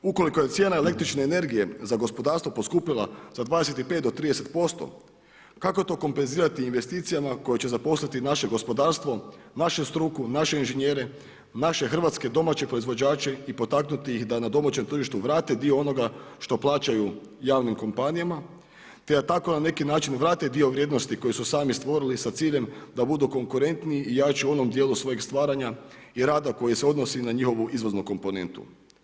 Ukoliko je cijena električne energije za gospodarstvo poskupila za 25 do 30%, kako to kompenzirati investicijama koje će zaposliti naše gospodarstvo, našu struku, naše inženjere, naše hrvatske domaće proizvođače i potaknuti ih da na domaćem tržištu vrate dio onoga što plaćaju javnim kompanijama te tako na neki način vrate dio vrijednosti koje su sami stvorili sa ciljem da budu konkuretniji i jači u onom djelu svojeg stvaranja i rada koji se odnosi na njihovu izvoznu komponentu?